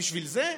בשביל זה?